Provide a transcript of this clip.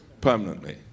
Permanently